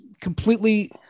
Completely